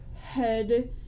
head